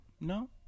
No